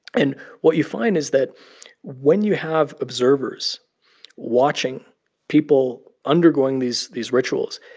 and what you find is that when you have observers watching people undergoing these these rituals,